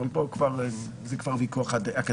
אבל פה זה כבר ויכוח אקדמי.